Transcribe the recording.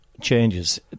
Changes